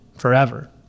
forever